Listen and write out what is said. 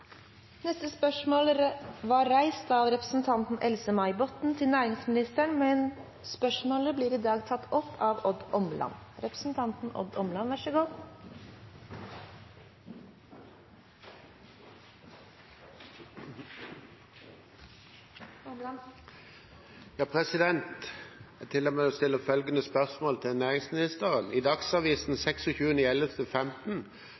reist av representanten Else-May Botten til næringsministeren, men tas opp av representanten Odd Omland. Jeg tillater meg å stille følgende spørsmål til næringsministeren: «I Dagsavisen